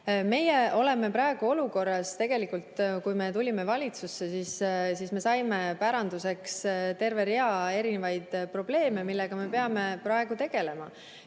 Me oleme praegu olukorras, et kui me tulime valitsusse, siis me saime päranduseks terve rea erinevaid probleeme, millega me peame praegu tegelema.